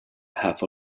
half